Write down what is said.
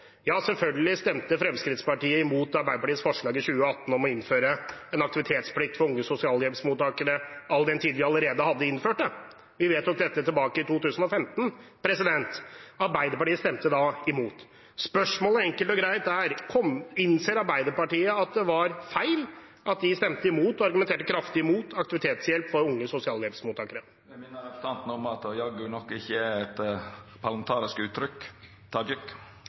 Selvfølgelig stemte Fremskrittspartiet imot Arbeiderpartiets forslag i 2018 om å innføre en aktivitetsplikt for unge sosialhjelpsmottakere all den tid vi allerede hadde innført det. Vi vedtok dette tilbake i 2015 – Arbeiderpartiet stemte da imot. Spørsmålet er enkelt og greit: Innser Arbeiderpartiet at det var feil at de stemte imot og argumenterte kraftig imot aktivitetshjelp for unge sosialhjelpsmottakere? Eg vil minna representanten om at «jaggu» nok ikkje er eit parlamentarisk uttrykk.